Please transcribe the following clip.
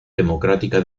democrática